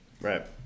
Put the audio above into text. Right